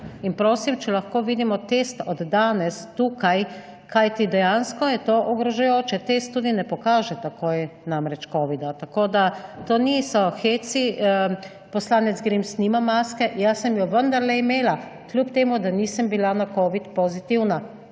Prosim, če lahko vidimo test od danes tukaj. Kajti, dejansko je to ogrožajoče. Test tudi ne pokaže takoj namreč covida. Tako da, to niso heci. Poslanec Grims nima maske jaz sem jo vendarle imela, kljub temu, da nisem bila na covid pozitivna.